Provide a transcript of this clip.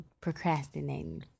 procrastinating